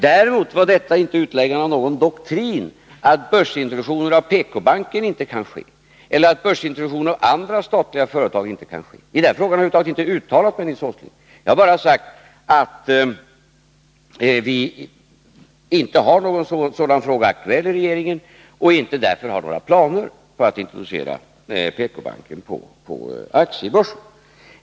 Däremot innebar svaret inte utvecklandet av någon doktrin om att börsintroduktion av PKbanken eller av andra statliga företag inte kan ske. I den frågan har jag över huvud taget inte uttalat mig, Nils Åsling. Jag har bara sagt att någon börsintroduktion inte är aktuell i regeringen och att regeringen alltså inte har några planer på att introducera PKbanken på aktiebörsen.